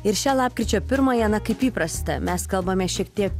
ir šią lapkričio pirmąją na kaip įprasta mes kalbame šiek tiek